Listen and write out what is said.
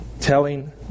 telling